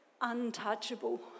Untouchable